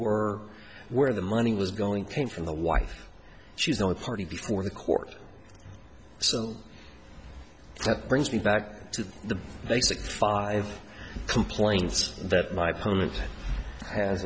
or where the money was going came from the wife she's the only party before the court so that brings me back to the basic five complaints that my